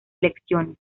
elecciones